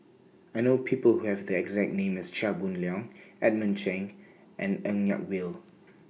I know People Who Have The exact name as Chia Boon Leong Edmund Cheng and Ng Yak Whee